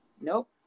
nope